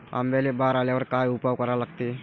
आंब्याले बार आल्यावर काय उपाव करा लागते?